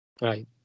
Right